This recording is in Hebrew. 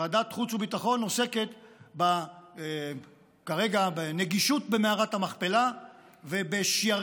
ועדת חוץ וביטחון עוסקת כרגע בנגישות במערת המכפלה ובשיירים